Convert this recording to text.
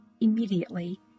Immediately